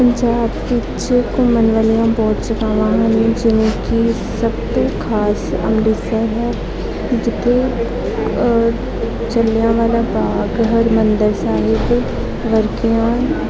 ਪੰਜਾਬ ਵਿੱਚ ਘੁੰਮਣ ਵਾਲੀਆਂ ਬਹੁਤ ਜਗ੍ਹਾ ਹਨ ਜਿਵੇਂ ਕਿ ਸਭ ਤੋਂ ਖਾਸ ਅੰਮ੍ਰਿਤਸਰ ਹੈ ਜਿੱਥੇ ਜਲਿਆਂਵਾਲਾ ਬਾਗ ਹਰਮੰਦਰ ਸਾਹਿਬ ਵਰਗੀਆਂ